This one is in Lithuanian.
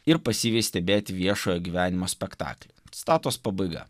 ir pasyviai stebėti viešojo gyvenimo spektaklį citatos pabaiga